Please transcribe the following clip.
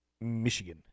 Michigan